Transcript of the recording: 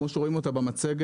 כפי שרואים במצגת,